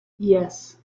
yes